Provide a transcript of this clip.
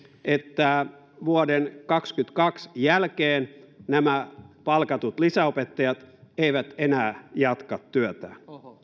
että vuoden kaksikymmentäkaksi jälkeen nämä palkatut lisäopettajat eivät enää jatka työtään